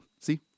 See